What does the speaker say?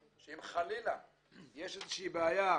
שאם חלילה יש איזושהי בעיה